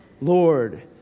Lord